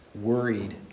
worried